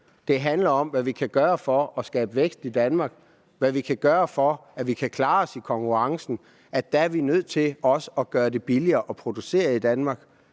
Det handler om, hvad vi kan gøre for at skabe vækst i Danmark; hvad vi kan gøre for, at vi kan klare os i konkurrencen. Der er vi nødt til også at gøre det billigere at producere i Danmark.